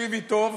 תקשיבי טוב,